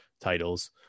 titles